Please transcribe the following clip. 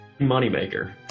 moneymaker